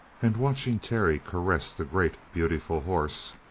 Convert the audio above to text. and watching terry caress the great, beautiful horse,